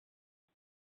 ces